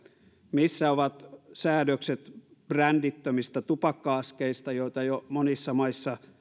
missä ovat säädökset brändittömistä tupakka askeista joita jo monissa maissa